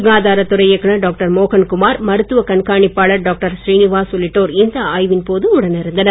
சுகாதாரத் துறை இயக்குநர் டாக்டர் மோகன் குமார் மருத்துவ கண்காணிப்பாளர் டாக்டர் ஸ்ரீனிவாஸ் உள்ளிட்டோர் இந்த ஆய்வின் போது உடன் இருந்தனர்